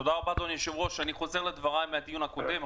אני חוזר לדברי מהדיון הקודם,